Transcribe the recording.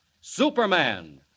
Superman